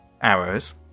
arrows